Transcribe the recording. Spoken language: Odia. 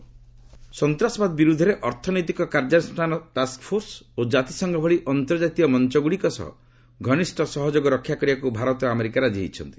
ଇଣ୍ଡିଆ ୟୁଏସ୍ ସନ୍ତାସବାଦ ବିରୁଦ୍ଧରେ ଅର୍ଥନୈତିକ କାର୍ଯ୍ୟାନୁଷ୍ଠାନ ଟାକ୍ଟଫୋର୍ସ ଓ ଜାତିସଂଘ ଭଳି ଅନ୍ତର୍ଜାତୀୟ ମଞ୍ଚଗୁଡ଼ିକ ସହ ଘନିଷ୍ଠ ସହଯୋଗ ରକ୍ଷା କରିବାକୁ ଭାରତ ଓ ଆମେରିକା ରାଜି ହୋଇଛନ୍ତି